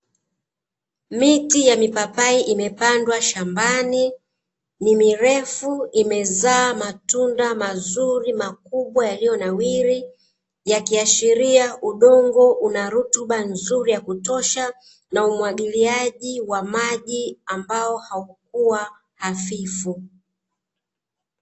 Miti ya mipapai imepandwa shambani ni mirefu imezaa matunda mazuri makubwa yalionawiri yakihashiria udongo unarutuba nzuri ya kutosha na umwagiliaji wa maji ambao haukuwa hafifu.